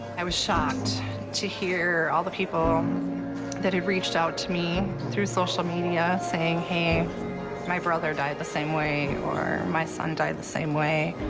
i was shocked to hear all the people that had reached out to me through social media saying hey my brother died the same way or my son died the same way,